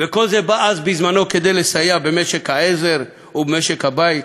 וכל זה בא אז בזמנו כדי לסייע במשק העזר ובמשק הבית.